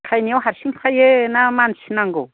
खायनायाव हारसिं खायो ना मानसि नांगौ